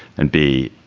and, b,